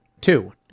two